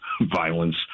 violence